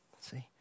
see